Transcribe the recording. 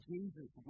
Jesus